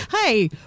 Hey